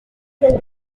del